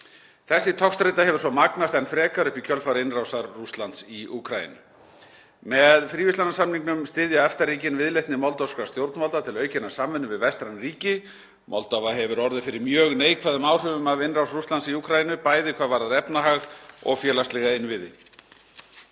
Þessi togstreita hefur svo magnast enn frekar upp í kjölfar innrásar Rússlands í Úkraínu. Með fríverslunarsamningnum styðja EFTA-ríkin viðleitni moldóvskra stjórnvalda til aukinnar samvinnu við vestræn ríki. Moldóva hefur orðið fyrir mjög neikvæðum áhrifum af innrás Rússlands í Úkraínu, bæði hvað varðar efnahag og félagslega innviði.